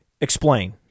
Explain